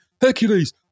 Hercules